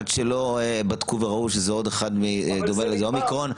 עד שלא בדקו וראו שזה עוד אחד מזני אומיקרון.